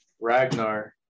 Ragnar